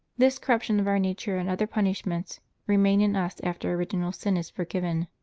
this corruption of our nature and other punishments remain in us after original sin is forgiven.